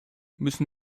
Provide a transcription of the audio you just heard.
müssen